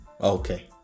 Okay